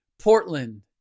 portland